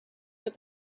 with